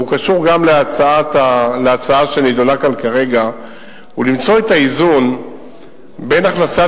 קבעו מומחי התחבורה שהראייה נחלשת